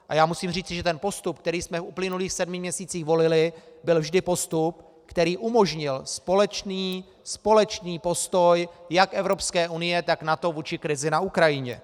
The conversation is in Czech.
A já musím říci, že ten postup, který jsme v uplynulých sedmi měsících volili, byl vždy postup, který umožnil společný postoj jak Evropské unie, tak NATO vůči krizi na Ukrajině.